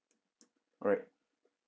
alright